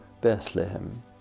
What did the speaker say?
Bethlehem